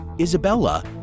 Isabella